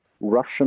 russian